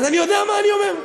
אז אני יודע מה אני אומר.